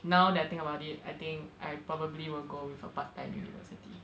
now that I think about it I think I probably will go with a part time university